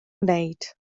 gwneud